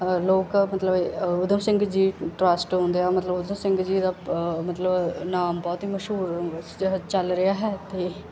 ਅ ਲੋਕ ਮਤਲਬ ਊਧਮ ਸਿੰਘ ਜੀ ਟਰੱਸਟ ਹੁੰਦੇ ਆ ਮਤਲਬ ਊਧਮ ਸਿੰਘ ਜੀ ਦਾ ਪ ਮਤਲਬ ਨਾਮ ਬਹੁਤ ਹੀ ਮਸ਼ਹੂਰ ਚੱਲ ਰਿਹਾ ਹੈ ਅਤੇ